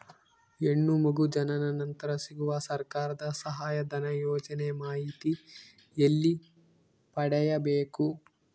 ಹೆಣ್ಣು ಮಗು ಜನನ ನಂತರ ಸಿಗುವ ಸರ್ಕಾರದ ಸಹಾಯಧನ ಯೋಜನೆ ಮಾಹಿತಿ ಎಲ್ಲಿ ಪಡೆಯಬೇಕು?